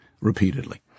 repeatedly